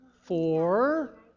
four